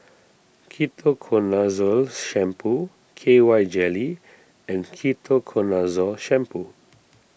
Ketoconazole Shampoo K Y Jelly and Ketoconazole Shampoo